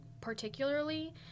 particularly